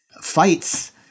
fights